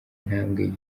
ntambwe